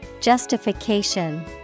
Justification